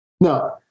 No